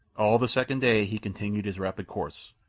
all the second day he continued his rapid course,